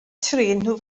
trin